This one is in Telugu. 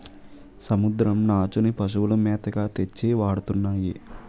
సముద్రం నాచుని పశువుల మేతగా తెచ్చి వాడతన్నాము